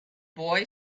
boy